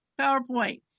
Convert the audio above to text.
PowerPoint